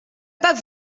pas